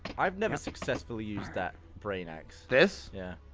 i've never successfully used that brain axe this? yeah